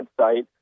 website